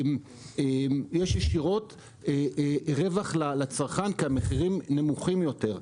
יש רווח ישירות לצרכן כי המחירים נמוכים יותר.